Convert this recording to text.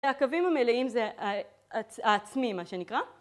והקווים המלאים זה העצמי מה שנקרא